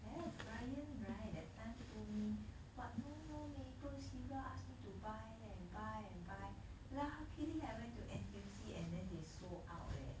have ryan right that time told me what no more maple syrup ask me to buy and buy and buy luckily I went to N_T_U_C and then they sold out leh